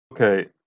Okay